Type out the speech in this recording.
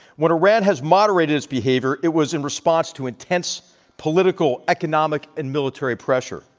when iran has moderated its behavior, it was in response to intense political, economic, and military pressure.